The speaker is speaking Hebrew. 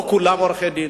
לא כולם עורכי-דין.